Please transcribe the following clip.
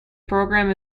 programme